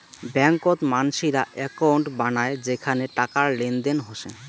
ব্যাংকত মানসিরা একউন্ট বানায় যেখানে টাকার লেনদেন হসে